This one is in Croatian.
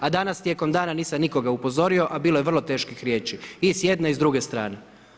A danas tijekom dana nisam nikoga upozorio a bilo je vrlo teških riječi i s jedne i druge strane.